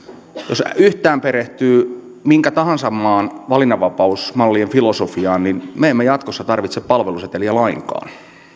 jos yhtään perehtyy minkä tahansa maan valinnanvapausmallien filosofiaan niin me emme jatkossa tarvitse palveluseteliä lainkaan